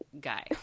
guy